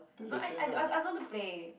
turn the chairs ah